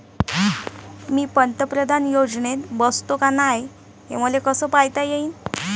मी पंतप्रधान योजनेत बसतो का नाय, हे मले कस पायता येईन?